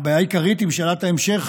הבעיה העיקרית היא אם שאלת ההמשך,